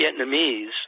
Vietnamese